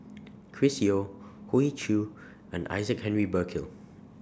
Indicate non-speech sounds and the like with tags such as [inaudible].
[noise] Chris Yeo Hoey Choo and Isaac Henry Burkill